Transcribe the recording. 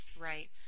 Right